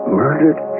murdered